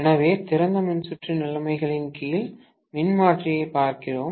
எனவே திறந்த மின்சுற்று நிலைமைகளின் கீழ் மின்மாற்றியைப் பார்க்கிறோம்